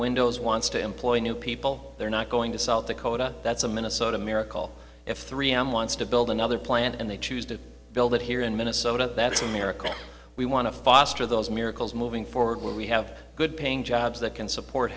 windows wants to employ new people they're not going to solve the coda that's a minnesota miracle if three am wants to build another plant and they choose to build it here in minnesota that's america we want to foster those miracles moving forward we have good paying jobs that can support